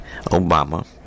Obama